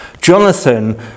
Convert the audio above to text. Jonathan